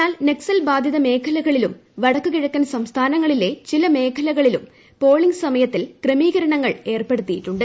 എന്നാൽ നക്സൽബാധിത മേഖലകളിലും വടക്കു കിഴക്കൻ സംസ്ഥാനങ്ങളിലെ ചില മേഖലകളിലും പോളിംഗ് സമയത്തിൽ ക്രമീകരണങ്ങൾ ഏർപ്പെടുത്തിയിട്ടുണ്ട്